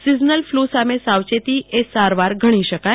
seasonal flu સામે સાવચેતી એ સારવાર ઘણી શકાય